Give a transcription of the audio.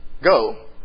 go